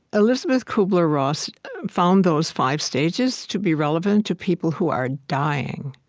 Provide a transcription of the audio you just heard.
elizabeth kubler-ross found those five stages to be relevant to people who are dying,